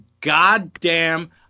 goddamn